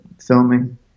filming